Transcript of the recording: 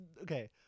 Okay